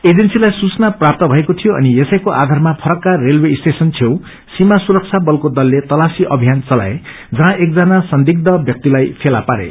एजेन्सीलाई सूचना प्राप्त भएको थियो अनि यसैको आधारमा फरक्का रेलवे स्टेशन छेउ सीमा सुरक्षा बलको दलले तलाशी अभियान चलाए जहाँ एकजना संदिग्ध व्याक्तिलाई फेला पारे